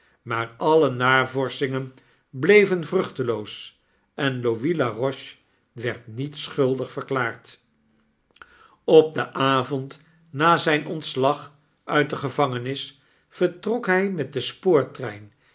maar alle navorschingen bleven vruchteloos en louis laroche werd niet schuldig verklaard op den avond na zyn ontslag uit de gevangenis vertrok hy met den